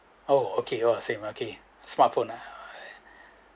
oh okay !wah! same okay smartphone ah